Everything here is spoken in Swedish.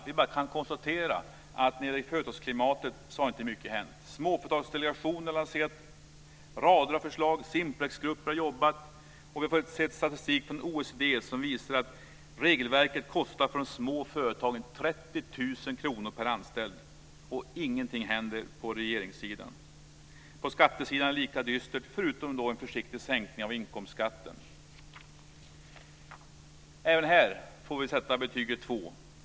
Vi kan bara konstatera att inte mycket har hänt när det gäller företagsklimatet. Småföretagsdelegationen har lanserat rader av förslag. Simplexgrupper har jobbat. Vi har fått se statistik från OECD som visar att regelverket kostar de små företagen 30 000 kronor per anställd. Och ingenting händer inom regeringen. På skattesidan är det lika dystert förutom att det blir en försiktig sänkning av inkomstskatten. Även här får vi sätta betyget 2.